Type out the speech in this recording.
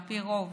על פי רוב